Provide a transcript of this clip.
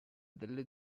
delle